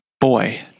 boy